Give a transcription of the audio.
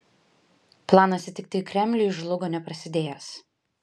planas įtikti kremliui žlugo neprasidėjęs